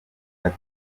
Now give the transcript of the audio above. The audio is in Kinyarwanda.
ati